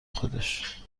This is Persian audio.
خودش